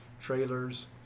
trailers